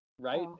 right